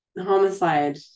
homicide